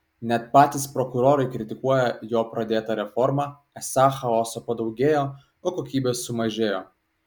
net patys prokurorai kritikuoja jo pradėtą reformą esą chaoso padaugėjo o kokybės sumažėjo